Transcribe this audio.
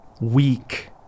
weak